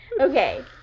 Okay